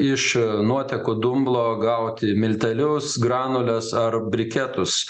iš nuotekų dumblo gauti miltelius granules ar briketus